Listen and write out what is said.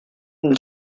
and